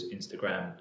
Instagram